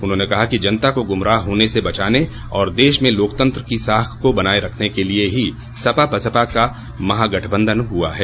उन्होंने कहा कि जनता को गुमराह होने से बचाने और देश में लोकतंत्र की साख को बनाये रखने के लिए ही सपा बसपा का महागठबंधन हुआ है